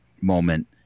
moment